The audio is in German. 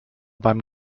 beim